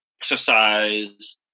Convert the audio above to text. exercise